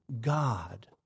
God